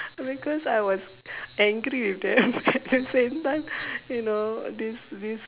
because I was angry with them at the same time you know this this